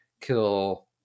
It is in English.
kill